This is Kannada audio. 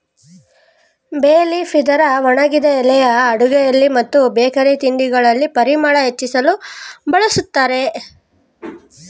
ಬೇ ಲೀಫ್ ಇದರ ಒಣಗಿದ ಎಲೆಗಳನ್ನು ಅಡುಗೆಯಲ್ಲಿ ಮತ್ತು ಬೇಕರಿ ತಿಂಡಿಗಳಲ್ಲಿ ಪರಿಮಳ ಹೆಚ್ಚಿಸಲು ಬಳ್ಸತ್ತರೆ